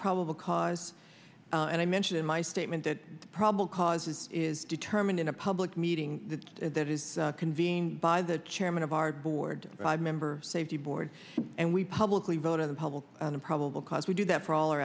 probable cause and i mentioned in my statement that probable cause is determined in a public meeting that is convened by the chairman of our board member safety board and we publicly vote on the public on the probable cause we do that for all o